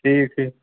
ٹھیٖک ٹھیٖک